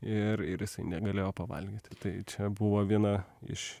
ir ir jisai negalėjo pavalgyti tai čia buvo viena iš